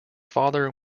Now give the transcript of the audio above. father